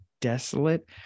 desolate